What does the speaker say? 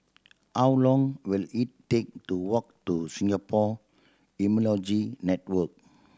how long will it take to walk to Singapore Immunology Network